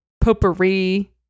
Potpourri